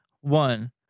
one